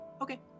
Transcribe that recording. Okay